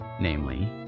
namely